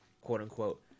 quote-unquote